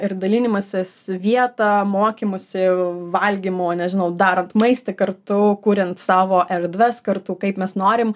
ir dalinimasis vieta mokymosi valgymo nežinau darant maistą kartu kuriant savo erdves kartu kaip mes norim